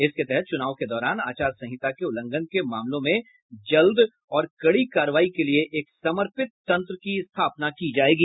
इसके तहत चूनाव के दौरान आचार संहिता के उल्लंघन के मामलों में जल्द और कड़ी कार्रवाई के लिए एक समर्पित तंत्र की स्थापना की जाएगी